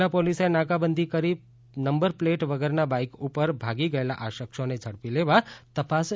જિલ્લા પોલીસે નાકાબંધી કરી નંબર પ્લેટ વગરના બાઈક ઉપર ભાગી ગયેલા આ શખ્સોને ઝડપી લેવા તપાસ શરૂ કરી છે